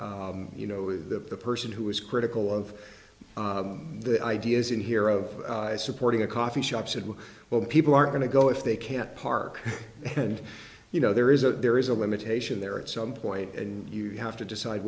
lot you know the person who was critical of the ideas in here of supporting a coffee shop said well well people are going to go if they can't park and you know there is a there is a limitation there at some point and you have to decide